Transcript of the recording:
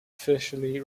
officially